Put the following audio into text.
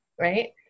right